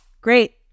great